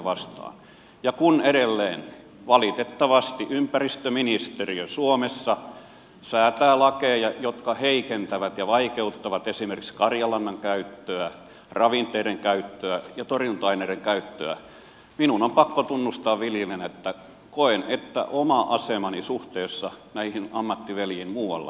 ja kun edelleen valitettavasti ympäristöministeriö suomessa säätää lakeja jotka heikentävät ja vaikeuttavat esimerkiksi karjanlannan käyttöä ravinteiden käyttöä ja torjunta aineiden käyttöä minun on pakko tunnustaa viljelijänä että koen että oma asemani suhteessa näihin ammattiveljiin muualla heikkenee